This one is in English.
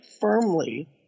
firmly